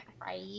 right